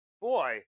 boy